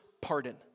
pardon